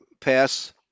Pass